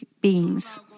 beings